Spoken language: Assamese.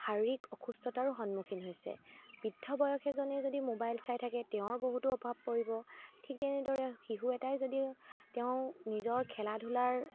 শাৰীৰিক অসুস্থতাৰো সন্মুখীন হৈছে বৃদ্ধ বয়স এজনে যদি মোবাইল চাই থাকে তেওঁৰ বহুতো প্ৰভাৱ পৰিব ঠিক তেনেদৰে শিশু এটাই যদি তেওঁ নিজৰ খেলা ধূলাৰ